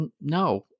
no